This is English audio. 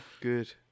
Good